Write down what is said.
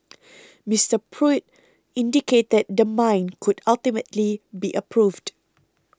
Mister Pruitt indicated the mine could ultimately be approved